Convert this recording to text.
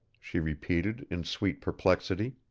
she repeated in sweet perplexity.